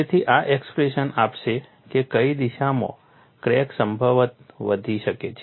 તેથી આ એક્સપ્રેશન આપશે કે કઈ દિશામાં ક્રેક સંભવતઃ વધી શકે છે